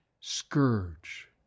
scourge